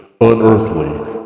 unearthly